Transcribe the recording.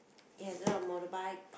it has a lot of motorbike